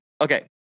okay